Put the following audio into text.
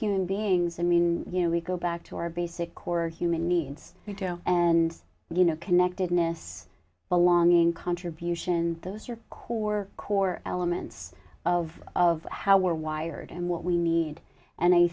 human beings i mean you know we go back to our basic core human needs and you know connectedness along contribution those are couper core elements of of how we're wired and what we need and i